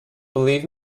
believe